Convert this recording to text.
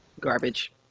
Garbage